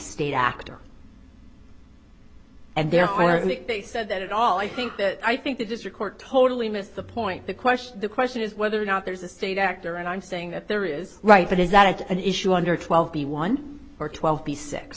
state actor and there where they said that at all i think that i think the district court totally missed the point the question the question is whether or not there's a state actor and i'm saying that there is right but is that an issue under twelve b one or twelve b six